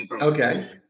Okay